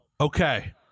Okay